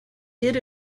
did